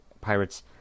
pirates